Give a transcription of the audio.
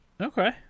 Okay